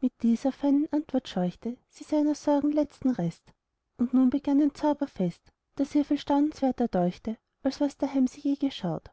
mit dieser feinen antwort scheuchte sie seiner sorge letzten rest und nun begann ein zauberfest das ihr viel staunenswerter deuchte als was daheim sie je geschaut